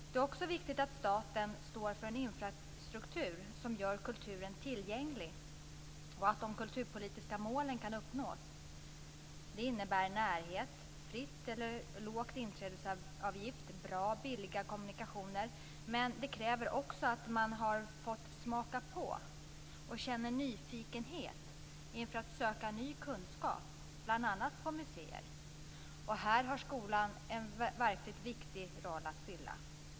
Det är också viktigt att staten står för en infrastruktur som gör kulturen tillgänglig och att de kulturpolitiska målen kan uppnås. Det innebär närhet, fri eller låg inträdesavgift, bra och billiga kommunikationer. Men det kräver också att man har fått smaka på och känner nyfikenhet inför att söka ny kunskap bl.a. på museer. Här har skolan en verkligt viktig roll att fylla.